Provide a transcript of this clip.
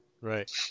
Right